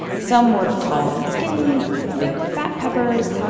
some were tall and skinny, with big, fat peppers.